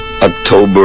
October